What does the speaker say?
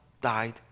died